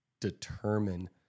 determine